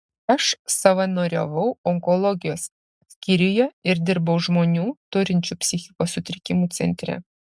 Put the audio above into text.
aš savanoriavau onkologijos skyriuje ir dirbau žmonių turinčių psichikos sutrikimų centre